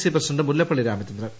C president Mullappally Ramachandran